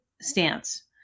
stance